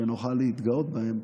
שנוכל להתגאות בהם,